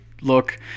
look